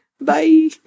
bye